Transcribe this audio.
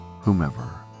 Whomever